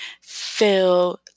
feel